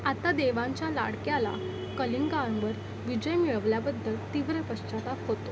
आता देवांच्या लाडक्याला कलिंगांवर विजय मिळवल्याबद्दल तीव्र पश्चाताप होतो